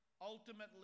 ultimately